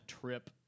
trip